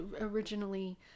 originally